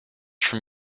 from